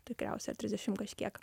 tikriausia trisdešim kažkiek